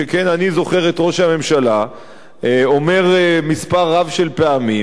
שכן אני זוכר את ראש הממשלה אומר מספר רב של פעמים